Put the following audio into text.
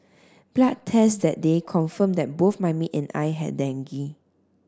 blood test that day confirmed that both my maid and I had dengue